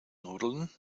nudeln